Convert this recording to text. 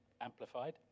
Amplified